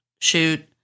shoot